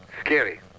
Scary